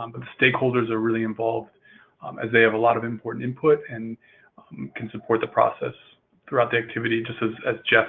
um but stakeholders are really involved as they have a lot of important input and can support the process throughout the activity, just as as jeff